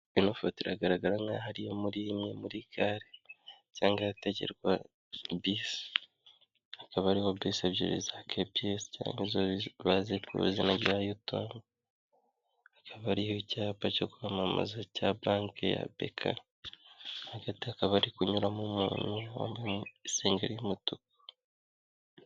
Ino foto iragaragara nkaho ari iyo muri imwe muri gare cyangwa ahategerwa bisi, hakaba hariho bisi ebyiri za kepiyesi, cyangwa bazi ku izina rya yotonge, hakaba hariho icyapa cyo kwamamaza cya banki ya beka, hagati hakaba hari kunyuramo umuntu wambaye isengeri y'umutuku.